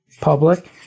public